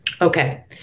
okay